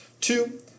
two